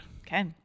Okay